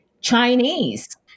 Chinese